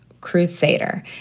crusader